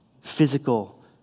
physical